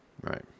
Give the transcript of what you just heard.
right